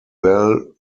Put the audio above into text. bell